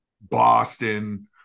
Boston